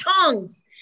tongues